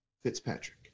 Fitzpatrick